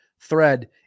thread